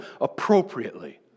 appropriately